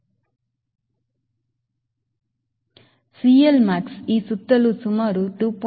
CLmax ಈ ಸುತ್ತಲೂ ಸುಮಾರು 2